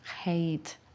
hate